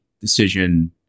decision